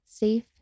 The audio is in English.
safe